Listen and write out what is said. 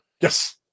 Yes